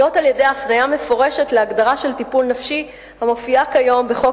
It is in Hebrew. זאת על-ידי הפניה מפורשת להגדרה של טיפול נפשי המופיעה כיום בחוק